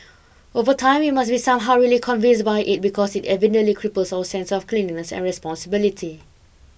over time we must be somehow really convinced by it because it evidently cripples our sense of cleanliness and responsibility